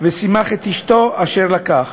ושימח את אשתו אשר לקח.